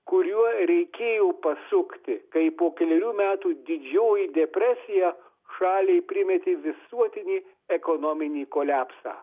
kuriuo reikėjo pasukti kai po kelerių metų didžioji depresija šaliai primetė visuotinį ekonominį kolepsą